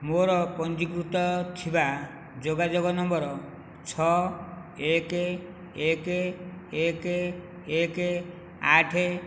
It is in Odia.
ମୋର ପଞ୍ଜୀକୃତ ଥିବା ଯୋଗାଯୋଗ ନମ୍ବର ଛଅ ଏକ ଏକ ଏକ ଏକ ଆଠ